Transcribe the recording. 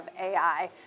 AI